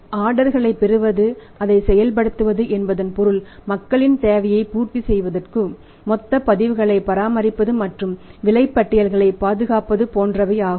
எனவே ஆர்டர்களைப் பெறுவது அதை செயல்படுத்துவது என்பதன் பொருள் மக்களின் தேவையை பூர்த்தி செய்வதற்கு மொத்த பதிவுகளைப் பராமரிப்பது மற்றும் விலைப்பட்டியல்களைப் பாதுகாப்பது போன்றவை ஆகும்